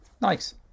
Nice